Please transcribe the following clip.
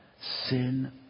sin